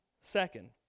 second